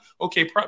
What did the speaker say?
okay